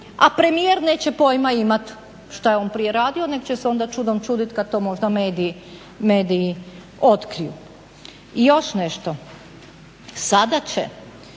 a premijer neće pojma imati što je on prije radio nego će se onda čudom čuditi kad to možda mediji otkriju. I još nešto, sada će